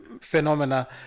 phenomena